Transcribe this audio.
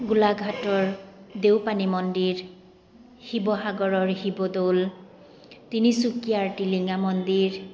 গোলাঘাটৰ দেওপানী মন্দিৰ শিৱসাগৰৰ শিৱদৌল তিনিচুকীয়াৰ টিলিঙা মন্দিৰ